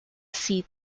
seat